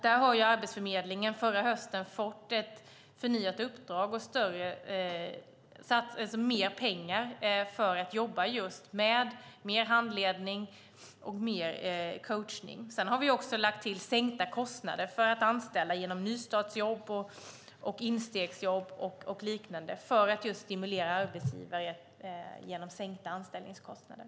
Där har Arbetsförmedlingen förra hösten fått ett förnyat uppdrag och mer pengar för att jobba just med mer handledning och mer coachning. Samtidigt har vi lagt till sänkta kostnader för att anställa genom nystartsjobb, instegsjobb och liknande för att just stimulera arbetsgivare genom sänkta anställningskostnader.